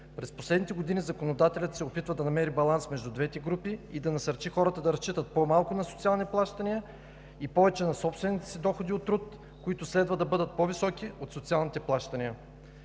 през последните години законодателят се опитва да намери баланс между двете групи и да насърчи хората да разчитат по-малко на социални плащания и повече на собствените си доходи от труд, които следва да бъдат по-високи от социалните плащания.